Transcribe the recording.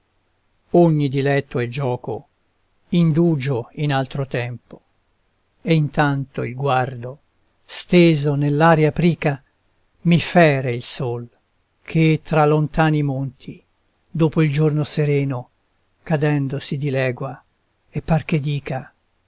ogni diletto e gioco indugio in altro tempo e intanto il guardo steso nell'aria aprica i fere il sol che tra lontani monti dopo il giorno sereno cadendo si dilegua e par che dica